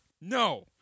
No